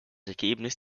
ergebnis